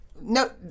No